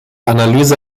analyse